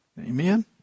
Amen